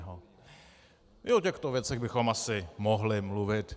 I o těchto věcech bychom asi mohli mluvit.